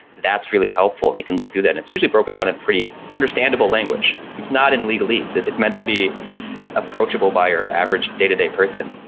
that's really helpful and you can look through that it's usually broken down on and pretty understandable language. it's not in legalese. it's meant to be approachable by our average day-to-day person,